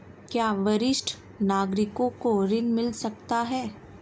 क्या वरिष्ठ नागरिकों को ऋण मिल सकता है?